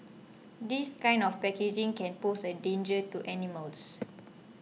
this kind of packaging can pose a danger to animals